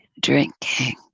drinking